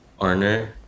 Arner